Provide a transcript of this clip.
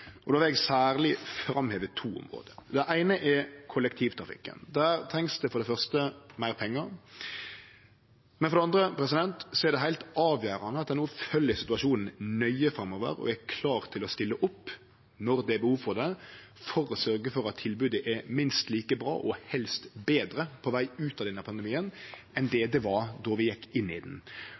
Då vil eg særleg framheve to område. Det eine er kollektivtrafikken. Der trengst det for det første meir pengar, men for det andre er det heilt avgjerande at ein no framover følgjer situasjonen nøye og er klar til å stille opp når det er behov for det, for å sørgje for at tilbodet er minst like bra – og helst betre – på veg ut av denne pandemien som det var då vi gjekk inn i han. Eg seier det fordi i den